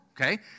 okay